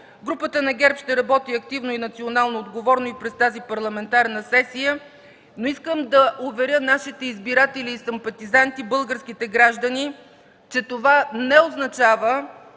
Групата на ГЕРБ ще работи активно и национално отговорно и през тази парламентарна сесия, но искам да уверя нашите избиратели и симпатизанти, българските граждани, че това не означава